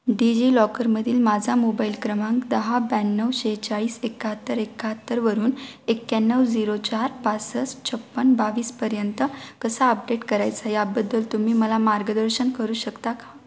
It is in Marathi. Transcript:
डिजिलॉकरमधील माझा मोबाईल क्रमांक दहा ब्याण्णव सेहेचाळीस एकाहत्तर एकाहत्तरवरून एक्याण्णव झिरो चार पासष्ट छप्पन्न बावीसपर्यंत कसा अपडेट करायचा याबद्दल तुम्ही मला मार्गदर्शन करू शकता का